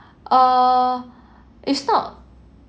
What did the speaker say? uh it's not